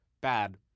bad